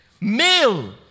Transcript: Male